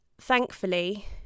Thankfully